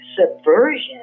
subversion